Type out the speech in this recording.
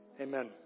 amen